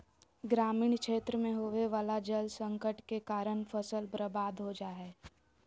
ग्रामीण क्षेत्र मे होवे वला जल संकट के कारण फसल बर्बाद हो जा हय